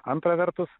antra vertus